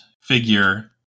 figure